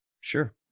Sure